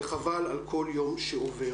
וחבל על כל יום שעובר.